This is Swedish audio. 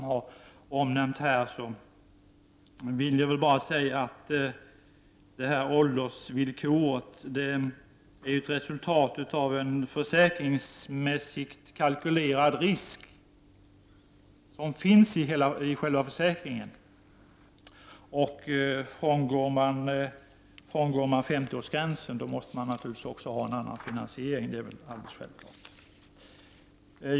Jag vill bara säga att åldersvillkoret är ett resultat av en försäkringsmässigt kalkylerad risk som finns i själva försäkringen. Frångår man 55-årsgränsen, måste man naturligtvis också ha en annan finansiering. Det är alldeles självklart.